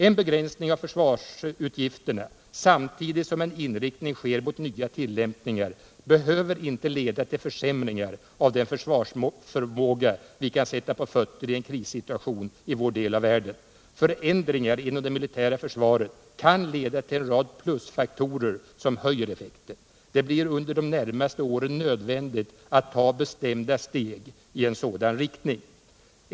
En begränsning av försvarsutgifterna — samtidigt som en inriktning sker mot nya tillämpningar — behöver inte leda till försämringar av den försvarsförmåga vi kan sätta på fötter i en krissituation i vår del av världen. Förändringar inom det militära försvaret kan leda till en rad plusfaktorer som höjer effekten. Det blir under de närmaste åren nödvändigt att ta bestämda steg i en sådan riktning.